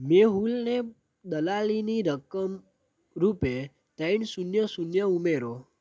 મેહુલને દલાલીની રકમ રૂપે ત્રણ શૂન્ય શૂન્ય ઉમેરો